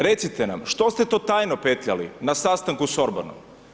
Recite nam što ste to tajno petljali na sastanku sa Orbanom?